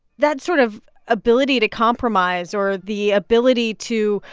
that sort of ability to compromise or the ability to,